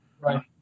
Right